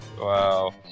Wow